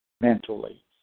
mentally